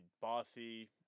Bossy